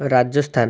Rajasthan